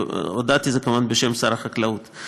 המועצה,"הודעתי" זה כמובן בשם שר החקלאות.